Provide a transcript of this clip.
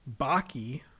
Baki